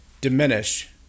diminish